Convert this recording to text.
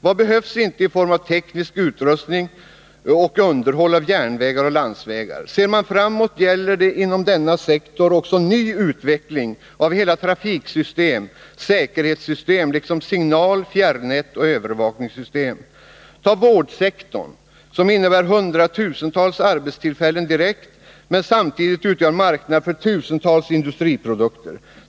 Vad behövs inte i form av teknisk utrustning och underhåll av järnvägar och landsvägar. Ser man framåt gäller det att inom denna sektor också skapa ny utveckling av hela trafiksystem och säkerhetssystem liksom signal-, fjärrnätsoch övervakningssystem. Vårdsektorn, för att ta ett annat exempel, innebär hundratusentals arbetstillfällen direkt men utgör samtidigt marknad för tusentals industriprodukter.